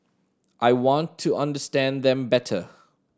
I want to understand them better